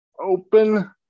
open